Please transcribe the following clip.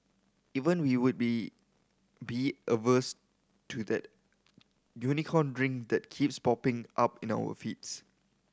even we would be be averse to that Unicorn Drink that keeps popping up in our feeds